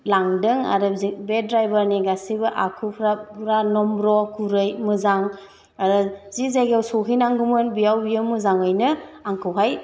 लांदों आरो जे बे ड्राइभारनि गासैबो आखुफ्रा नमब्र' गुरै मोजां आरो जि जायगायाव सौहैनांगौमोन बेवाव बियो मोजाङैनो आंखौहाय